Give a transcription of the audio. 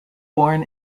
born